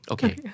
Okay